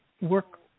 work